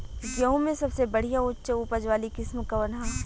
गेहूं में सबसे बढ़िया उच्च उपज वाली किस्म कौन ह?